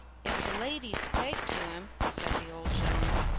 if the ladies take to him, said the old gentleman,